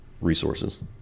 resources